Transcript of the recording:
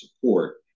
support